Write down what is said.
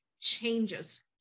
changes